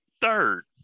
third